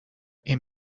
این